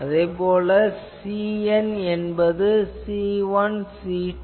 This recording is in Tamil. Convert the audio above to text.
இதில் Cn என்பது C1 C2